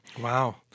Wow